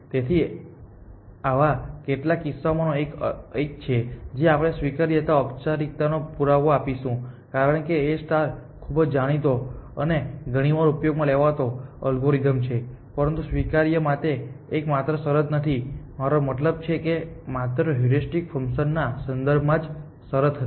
તેથી આ એવા કેટલાક કિસ્સાઓમાંનો એક છે જ્યાં આપણે સ્વીકાર્યતાનો ઔપચારિક પુરાવો આપીશું કારણ કે A ખૂબ જ જાણીતો અને ઘણીવાર ઉપયોગમાં લેવાતો અલ્ગોરિધમ છે પરંતુ સ્વીકાર્યતા માટે આ એકમાત્ર શરત નથી મારો મતલબ છે કે આ માત્ર હ્યુરિસ્ટિક ફંકશન ના સંદર્ભમાં જ શરત હતી